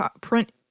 print